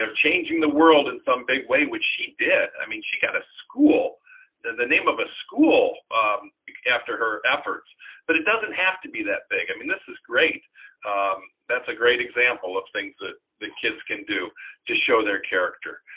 changing the world in some big way which she did. i mean she got a school in the name of a school after her efforts but it doesn't have to be that big i mean this is great that's a great example of things that the kids can do to show their character.